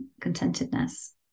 contentedness